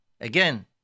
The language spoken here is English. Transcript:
Again